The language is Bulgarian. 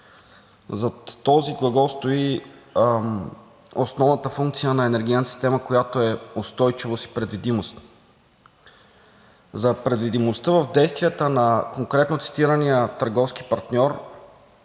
Зад този глагол стои основната функция на енергийната система, която е устойчивост и предвидимост. За предвидимостта в действията на конкретно цитирания търговски партньор